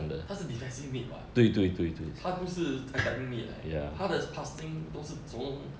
他是 defensive mid [what] 他不是 attacking mid leh 他的 casting 都是 zong~